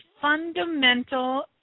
fundamental